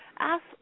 Ask